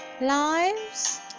lives